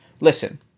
Listen